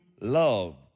love